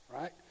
right